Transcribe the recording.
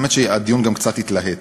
האמת שהדיון גם קצת התלהט,